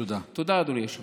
תודה, אדוני היושב-ראש.